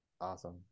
awesome